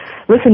listen